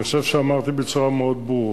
אני חושב שאמרתי בצורה מאוד ברורה,